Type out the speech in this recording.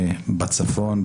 בצפון,